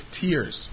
tears